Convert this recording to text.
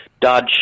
Dodge